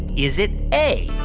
is it a,